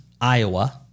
Iowa